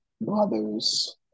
brothers